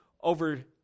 over